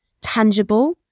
tangible